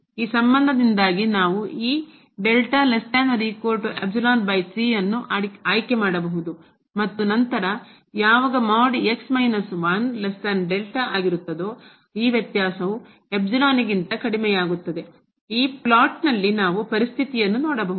ಈ ಸಂಬಂಧದಿಂದಾಗಿ ನಾವು ಈ ಅನ್ನು ಆಯ್ಕೆ ಮಾಡಬಹುದು ಮತ್ತು ನಂತರ ಯಾವಾಗ ಆಗಿರುತ್ತದೋ ಈ ವ್ಯತ್ಯಾಸವು ಈ ಪ್ಲಾಟ್ ನಲ್ಲಿ ನಾವು ಪರಿಸ್ಥಿತಿಯನ್ನು ನೋಡಬಹುದು